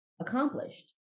accomplished